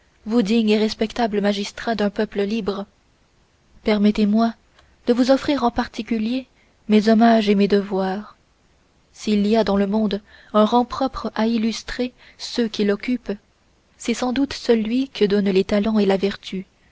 dignes et respectables magistrats d'un peuple libre permettez-moi de vous offrir en particulier mes hommages et mes devoirs s'il y a dans le monde un rang propre à illustrer ceux qui l'occupent c'est sans doute celui que donnent les talents et la vertu